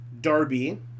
Darby